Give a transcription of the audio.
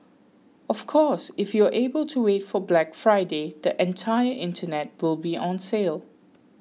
of course if you are able to wait for Black Friday the entire internet will be on sale